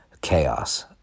chaos